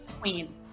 Queen